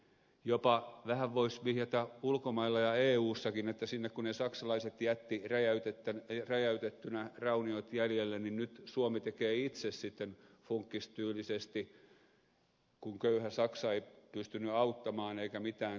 jopa vähän voisi vihjata ulkomailla ja eussakin että kun sinne ne saksalaiset jättivät räjäytettyinä rauniot jäljelle niin nyt suomi tekee itse sitten funkkistyylisesti kun köyhä saksa ei pystynyt auttamaan eikä mitään tekemään